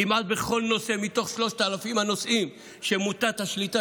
כמעט בכל נושא מתוך שלושת אלפים הנושאים שמוטת השליטה